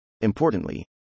Importantly